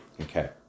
Okay